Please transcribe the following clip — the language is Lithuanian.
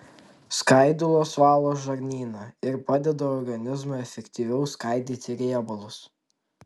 skaidulos valo žarnyną ir padeda organizmui efektyviau skaidyti riebalus